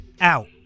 out